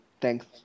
Thanks